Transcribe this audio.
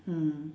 mm